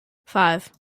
five